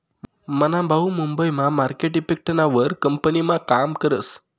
मना भाऊ मुंबई मा मार्केट इफेक्टना वर कंपनीमा काम करस